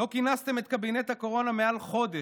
לא כינסתם את קבינט הקורונה מעל חודש,